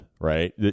right